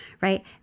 Right